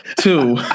two